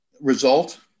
result